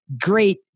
great